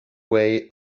way